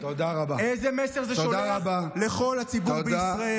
איזה מסר זה שולח לכל הציבור בישראל?